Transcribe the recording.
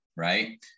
right